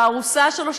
לארוסה שלו,